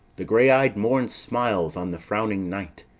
the grey-ey'd morn smiles on the frowning night,